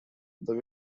this